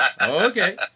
Okay